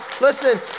Listen